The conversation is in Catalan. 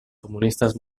comunistes